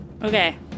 Okay